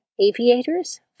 aviators